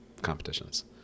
competitions